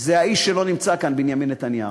זה האיש שלא נמצא כאן, בנימין נתניהו,